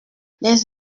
les